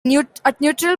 neutral